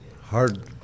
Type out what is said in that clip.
Hard